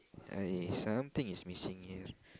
I something is missing here